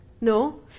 No